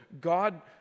God